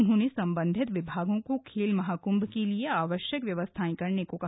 उन्होंने संबंधित विभागों को खेल महाकुंभ के लिए आवश्यक व्यवस्थाएं करने को कहा